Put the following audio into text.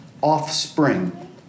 offspring